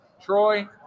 Troy